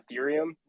Ethereum